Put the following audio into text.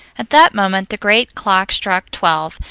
at that moment the great clock struck twelve,